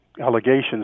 allegations